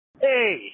hey